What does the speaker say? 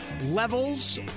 levels